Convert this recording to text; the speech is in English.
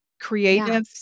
creative